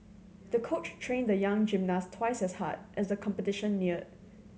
the coach trained the young gymnast twice as hard as the competition neared